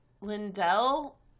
Lindell